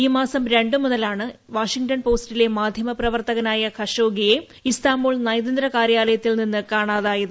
ഈ മാസം രണ്ട് മുതലാണ് വാഷിങ്ടൺ പോസ്റ്റിലെ മാധ്യമപ്രവർത്തകനായ ഖഷോഗിയെ ഇസ്താംബൂൾ നയതന്ത്ര കാര്യാലയത്തിൽ നിന്ന് കാണാതായത്